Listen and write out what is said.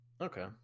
Okay